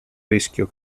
rischio